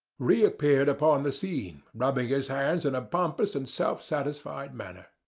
reappeared upon the scene, rubbing his hands in a pompous and self-satisfied manner.